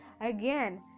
Again